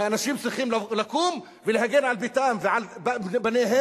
ואנשים צריכים לקום ולהגן על ביתם ועל בניהם